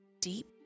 deep